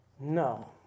No